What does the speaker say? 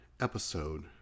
episode